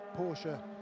Porsche